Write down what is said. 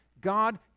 God